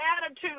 attitude